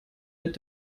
mit